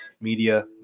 Media